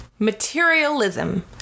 Materialism